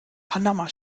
panama